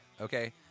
okay